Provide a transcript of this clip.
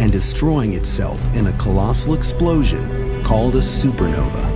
and destroying itself in a colossal explosion called a supernova.